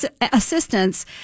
assistance